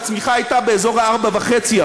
הצמיחה הייתה באזור ה-4.5%.